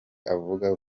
avuga